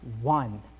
One